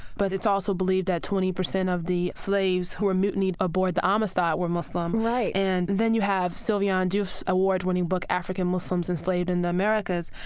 but it's also believed that twenty percent of the slaves who were mutinied aboard the amistad were muslim. and then you have sylviane diouf's award-winning book african muslims enslaved in the americas,